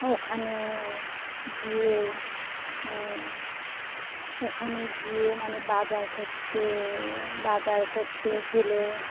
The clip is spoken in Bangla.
ওখানে গিয়ে ওখানে গিয়ে মানে বাজার করতে বাজার করতে গেলে